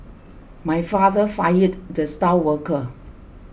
my father fired the star worker